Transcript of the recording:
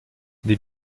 des